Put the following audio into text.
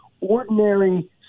ordinary